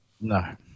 No